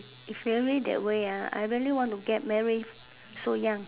if really that way ah I really want to get married so young